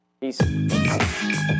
Peace